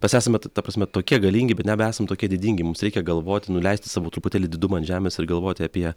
mes esame t ta prasme tokie galingi bet nebesam tokie didingi mums reikia galvot nuleisti savo truputėlį didumą ant žemės ir galvot apie